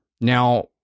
Now